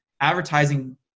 advertising